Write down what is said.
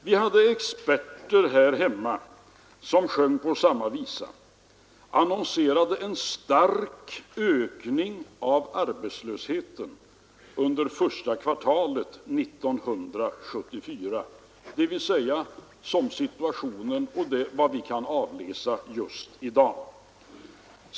Vi hade ”experter” här hemma som sjöng samma visa och annonserade en stark ökning av arbetslösheten under första kvartalet 1974, dvs. den period för vilken vi i dag kan avläsa utvecklingen.